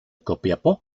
copiapó